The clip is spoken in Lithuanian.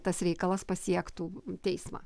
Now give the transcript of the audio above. tas reikalas pasiektų teismą